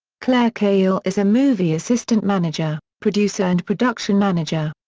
clare cahill is a movie assistant manager, producer and production manager.